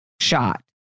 shot